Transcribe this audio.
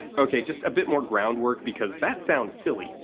okay, just a bit more groundwork, because that sounds silly.